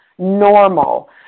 Normal